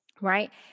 right